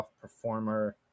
performer